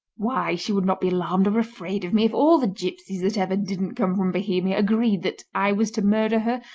why, she would not be alarmed or afraid of me if all the gipsies that ever didn't come from bohemia agreed that i was to murder her,